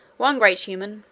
one great human,